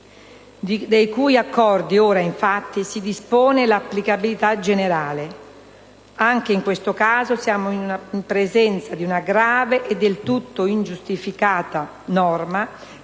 dei cui accordi ora infatti si dispone l'applicabilità generale. Anche in questo caso, siamo in presenza di una norma grave e del tutto ingiustificata,